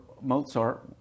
mozart